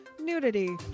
nudity